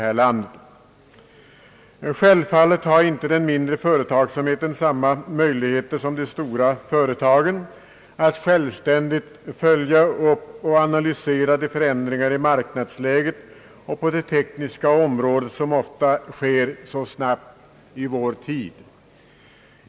Helt naturligt har inte den mindre företagsamheten samma <:möjligheter som storföretagen att självständigt följa upp och analysera de förändringar i marknadsläget och på teknikens område som ofta sker mycket snabbt i vår tid.